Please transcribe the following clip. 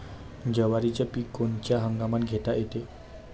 जवारीचं पीक कोनच्या हंगामात घेता येते?